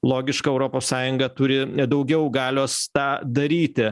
logiška europos sąjunga turi daugiau galios tą daryti